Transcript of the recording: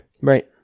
Right